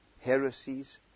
Heresies